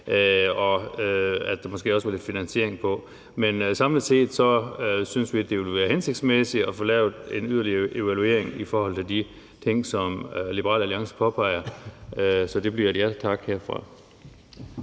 og at der også var lidt finansiering med. Men samlet set synes vi, at det ville være hensigtsmæssigt at få lavet en yderligere evaluering af de ting, som Liberal Alliance påpeger, så det bliver et ja tak herfra.